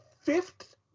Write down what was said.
fifth